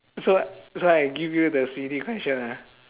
so so I give you the silly question ah